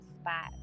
spot